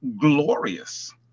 glorious